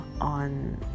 on